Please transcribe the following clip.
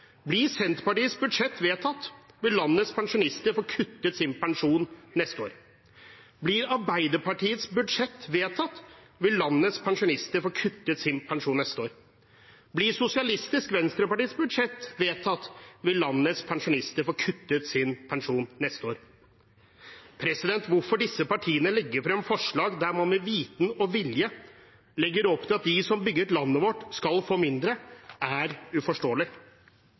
Blir Senterpartiets budsjett vedtatt, vil landets pensjonister få kuttet sin pensjon neste år. Blir Arbeiderpartiets budsjett vedtatt, vil landets pensjonister få kuttet sin pensjon neste år. Blir Sosialistisk Venstrepartis vedtatt, vil landets pensjonister få kuttet sin pensjon neste år. Hvorfor disse partiene legger frem forslag der man med vitende og vilje legger opp til at de som bygget landet vårt, skal få mindre, er uforståelig.